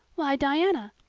why, diana,